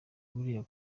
buriya